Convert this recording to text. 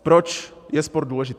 Proč je sport důležitý.